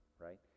right